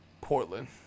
Portland